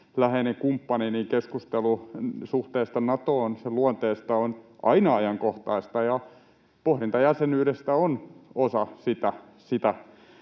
läheinen kumppani, niin että keskustelu suhteesta Natoon, sen luonteesta, on aina ajankohtaista ja pohdinta jäsenyydestä on osa sitä